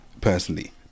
Personally